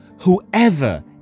whoever